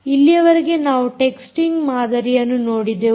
ಇಲ್ಲಿವರೆಗೆ ನಾವು texting ಮಾದರಿಯನ್ನು ನೋಡಿದೆವು